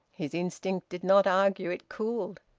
his instinct did not argue it cooled.